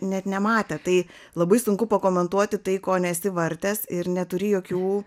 net nematę tai labai sunku pakomentuoti tai ko nesi vartęs ir neturi jokių